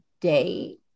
day